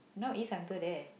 no it's until there